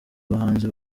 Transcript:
abahanzi